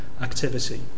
activity